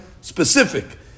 specific